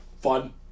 fun